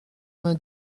vingt